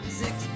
six